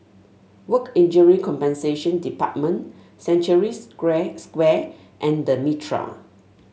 Work Injury Compensation Department Century Square and The Mitraa